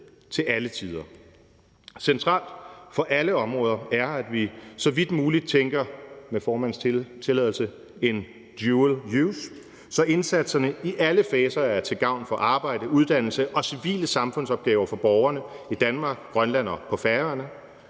til alle tider. Centralt for alle områder er, at vi så vidt muligt tænker – med formandens tilladelse – en dual use, så indsatserne i alle faser er til gavn for arbejde, uddannelse og civile samfundsopgaver for borgerne i Danmark, Grønland og på Færøerne.